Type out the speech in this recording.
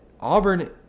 Auburn